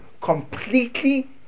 completely